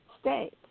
state